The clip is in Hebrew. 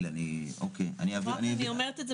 אני אעביר את זה